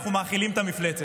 אנחנו מאכילים את המפלצת.